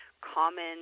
common